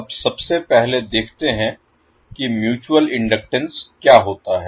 अब सबसे पहले देखते हैं कि म्यूचुअल इनडक्टेंस क्या होता है